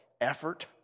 effort